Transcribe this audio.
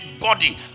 body